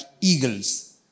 eagles